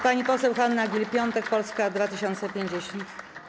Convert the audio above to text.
Pani poseł Hanna Gill-Piątek, Polska 2050.